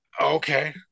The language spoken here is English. okay